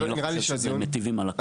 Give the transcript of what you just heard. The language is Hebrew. אני לא חושב שזה מיטיב עם הלקוח.